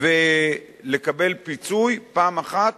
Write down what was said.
ולקבל פיצוי פעם אחת.